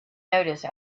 notice